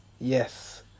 Yes